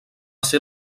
ser